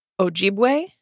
Ojibwe